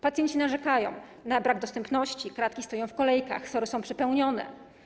Pacjenci narzekają na brak dostępności, karetki stoją w kolejkach, SOR-y są przepełnione.